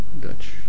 Dutch